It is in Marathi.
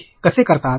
ते हे कसे करतात